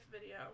video